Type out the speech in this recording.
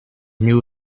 knew